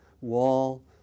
wall